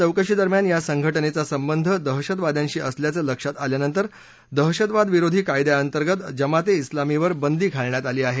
चौकशी दरम्यान या संघटनेचा संबंध दहशतवाद्यांशी असल्याचं लक्षात आल्यानंतर दहशतवाद विरोधी कायद्याअंतर्गत जमाते उलामी वर बंदी घालण्यात आली आहे